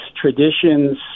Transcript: traditions